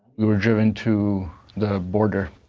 we were driven to the border.